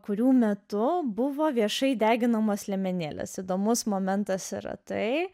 kurių metu buvo viešai deginamos liemenėlės įdomus momentas yra tai